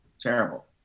Terrible